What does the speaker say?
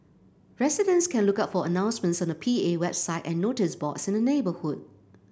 residents can look out for announcements on the P A website and notice boards in the neighbourhood